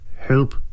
Help